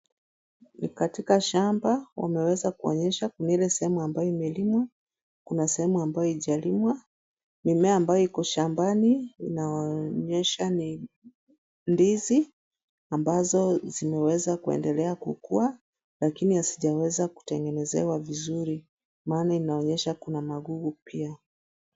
Ni katika shamba wameweza kuonysha ile sehemu ambayo imelimwa. Kuna sehemu ambayo haijalimwa. Mimea ambayo iko shambani inaonyesha ni ndizi ambazo zimeweza kuendelea kukuwa, lakini hazijatengenezewa vizuri, maana inaonyesha kuna magugu pia.